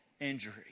injury